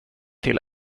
till